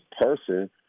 person